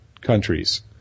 countries